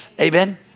Amen